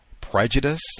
prejudice